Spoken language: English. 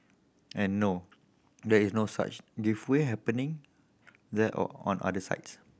and no there is no such giveaway happening there or on other sites